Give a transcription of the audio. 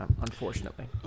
unfortunately